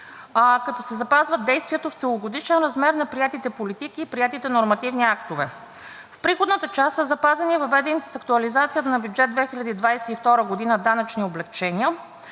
като се запазва действието в целогодишен размер на приетите политики и приетите нормативни актове. В приходната част са запазени въведените с актуализацията на бюджет 2022 г. данъчни облекчения,